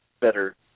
better